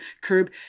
curb